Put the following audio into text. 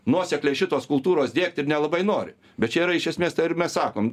nuosekliai šitos kultūros diegt ir nelabai nori bet čia yra iš esmės tai ir mes sakom